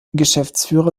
geschäftsführer